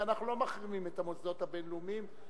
ואנחנו לא מחרימים את המוסדות הבין-לאומיים,